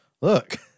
Look